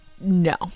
no